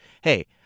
hey